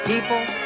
people